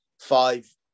five